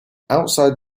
outside